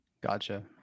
Gotcha